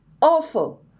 awful